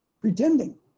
Pretending